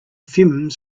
fumes